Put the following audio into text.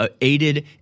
aided